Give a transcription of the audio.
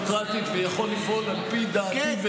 אנחנו מצביעים היום על עילת הסבירות,